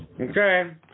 Okay